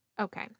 Okay